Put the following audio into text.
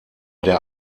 der